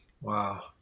Wow